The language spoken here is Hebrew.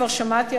כבר שמעתי,